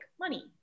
money